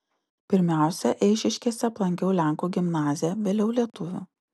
pirmiausia eišiškėse aplankiau lenkų gimnaziją vėliau lietuvių